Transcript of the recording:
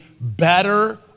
better